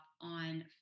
on